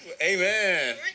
Amen